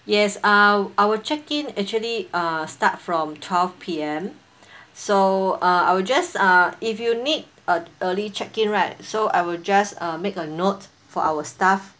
yes our our check-in actually uh start from twelve P_M so uh I will just uh if you need a early check-in right so I will just uh make a note for our staff